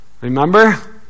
Remember